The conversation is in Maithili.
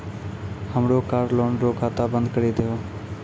हमरो कार लोन रो खाता बंद करी दहो